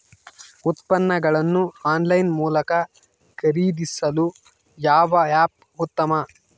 ಉತ್ಪನ್ನಗಳನ್ನು ಆನ್ಲೈನ್ ಮೂಲಕ ಖರೇದಿಸಲು ಯಾವ ಆ್ಯಪ್ ಉತ್ತಮ?